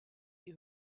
die